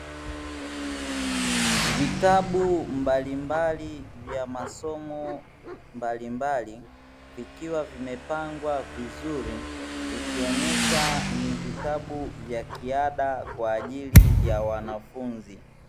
Vitabu mbalimbali vya masomo mbalimbali vikiwa vimepangwa vizuri, ikionyesha ni vitabu vya kiada kwa ajili ya wanafunzi.